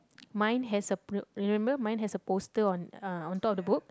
mine has a remember mine has a poster on uh on top of the book